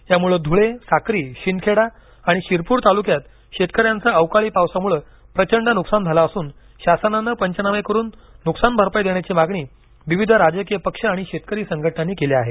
यामुळे धुळे साक्री शिंदखेडा आणि शिरपूर तालुक्यात शेतकऱ्यांचं अवकाळी पावसामुळे प्रचंड नुकसान झाले असून शासनाने पंचनामे करुन नुकसान भरपाई देण्याची मागणी विविध राजकीय पक्ष आणि शेतकरी संघटनांनी केली आहे